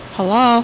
Hello